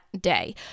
day